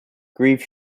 grief